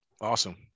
Awesome